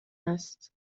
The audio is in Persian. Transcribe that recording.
است